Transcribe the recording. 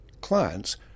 clients